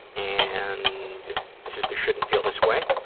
and this is the shouldn't feel this way.